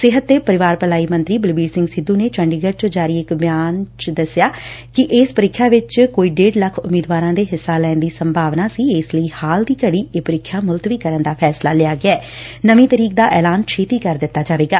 ਸਿਹਤ ਤੇ ਪਰਿਵਾਰ ਭਲਾਈ ਮੰਤਰੀ ਬਲਬੀਰ ਸਿੰਘ ਸਿੱਧੁ ਨੇ ਚੰਡੀਗੜ ਚ ਜਾਰੀ ਇਕ ਬਿਆਨ ਚ ਦਸਿਆ ਕਿ ਇਸ ਪ੍ਰੀਖਿਆ ਵਿਚ ਕੋਈ ਡੇਢ ਲੱਖ ਉਮੀਦਵਾਰਾਂ ਦੇ ਹਿੱਸਾ ਲੈਣ ਦੀ ਸੰਭਾਵਨਾ ਸੀ ਇਸ ਲਈ ਹਾਲ ਦੀ ਘੜੀ ਇਹ ਪ੍ੀਖਿਆ ਮੁਲਤਵੀ ਕਰਨ ਦਾ ਫੈਸਲਾ ਲਿਆ ਗਿਐ ਨਵੀਂ ਤਰੀਕ ਦਾ ਐਲਾਨ ਛੇਤੀ ਕਰ ਦਿੱਤਾ ਜਾਵੇਗਾ